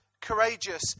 courageous